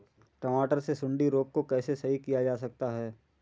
टमाटर से सुंडी रोग को कैसे सही किया जा सकता है?